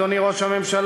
אדוני ראש הממשלה,